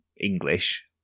English